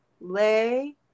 lay